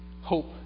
Hope